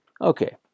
Okay